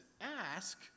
ask